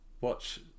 watch